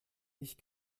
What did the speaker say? ich